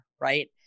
right